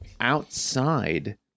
outside